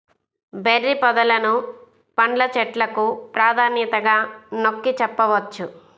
berry పొదలను పండ్ల చెట్లకు ప్రాధాన్యతగా నొక్కి చెప్పవచ్చు